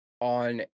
on